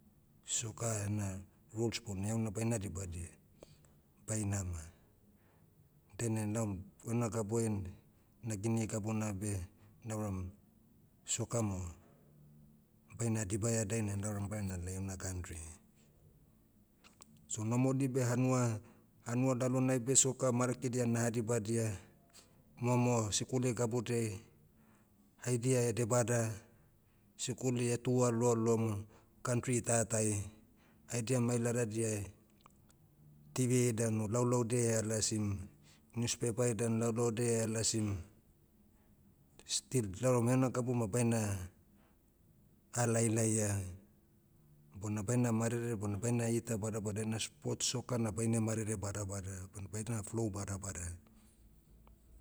Soccer ena, rules bona heuna baina dibadia, baina ma, dene laom, ouna gabuai, nagini gabuna beh, nauram, soccer mo, baina dibaia dainai nauram baina la heuna kantri. So nomodi beh hanua- hanua lalonai beh soccer marakidia naha dibadia. Momo, sikuli gabudiai, haidia edebada, sikuli e tua loaloamu, kantri tatai, haidia mai ladadia, tv danu laulaudia eha lasim, niuspepai dan laulaudia eha lasim, still lau hena gabu ma baina, ha lailaia, bona baina marere bona baina ita badabada ena sports soccer na baine marere badabada, bona baina flow badabada.